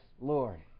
Lord